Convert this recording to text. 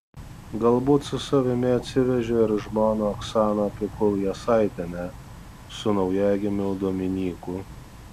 galbūt su savimi atsivežė ir žmoną oksaną pikul jasaitienę su naujagimiu dominyku